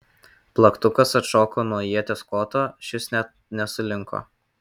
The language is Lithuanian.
plaktukas atšoko nuo ieties koto šis net nesulinko